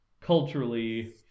culturally